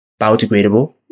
biodegradable